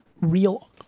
real